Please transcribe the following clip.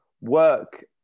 work